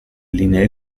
linee